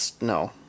No